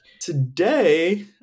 Today